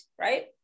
right